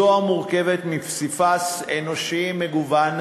זו המורכבת מפסיפס אנושי מגוון,